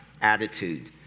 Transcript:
attitude